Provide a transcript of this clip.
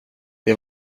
det